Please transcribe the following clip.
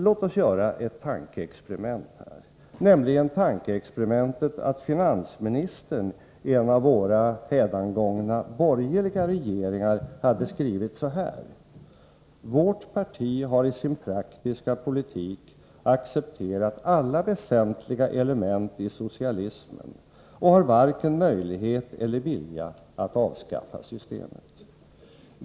Låt oss göra tankeexperimentet att finansministern i en av våra hädangångna borgerliga regeringar hade skrivit: Vårt parti har i sin praktiska politik accepterat alla väsentliga element i socialismen och har varken möjlighet eller vilja att avskaffa systemet.